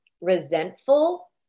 resentful